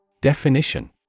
Definition